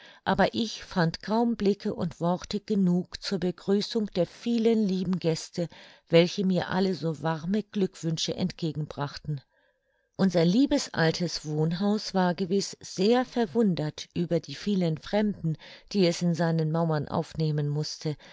aber ich fand kaum blicke und worte genug zur begrüßung der vielen lieben gäste welche mir alle so warme glückwünsche entgegen brachten unser liebes altes wohnhaus war gewiß sehr verwundert über die vielen fremden die es in seinen mauern aufnehmen mußte